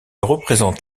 représente